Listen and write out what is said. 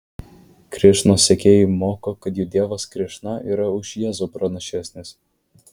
krišnos sekėjai moko kad jų dievas krišna yra už jėzų pranašesnis